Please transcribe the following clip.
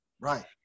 Right